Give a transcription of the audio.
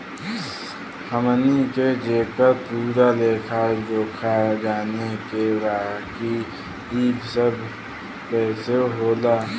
हमनी के जेकर पूरा लेखा जोखा जाने के बा की ई सब कैसे होला?